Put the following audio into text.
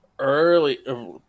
Early